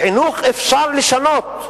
חינוך אפשר לשנות,